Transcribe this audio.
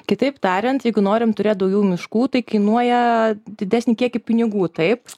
kitaip tariant jeigu norim turėti daugiau miškų tai kainuoja didesnį kiekį pinigų taip